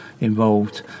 involved